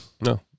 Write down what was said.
No